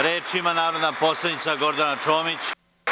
Reč ima narodna poslanica Gordana Čomić.